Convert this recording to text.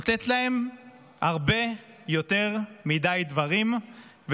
נותנת להם הרבה יותר מדי דברים,